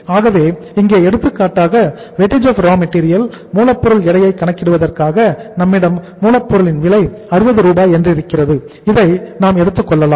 ஆகவே இங்கே எடுத்துக்காட்டாக weightage of raw material Wrm அதாவது மூலப்பொருள் எடையை கணக்கிடுவதற்காக நம்மிடம் மூலப் பொருளின் விலை 60 ரூபாய் என்றிருக்கிறது இதை நாம் எடுத்துக் கொள்ளலாம்